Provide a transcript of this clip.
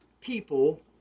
people